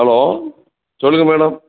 hello சொல்லுங்கள் madam